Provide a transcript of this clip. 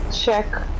check